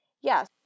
yes